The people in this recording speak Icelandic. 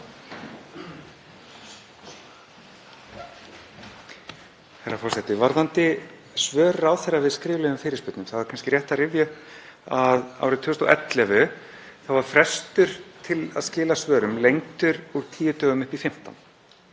Herra forseti. Varðandi svör ráðherra við skriflegum fyrirspurnum þá er kannski rétt að rifja upp að árið 2011 var frestur til að skila svörum lengdur úr tíu dögum upp í 15.